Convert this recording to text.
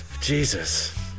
Jesus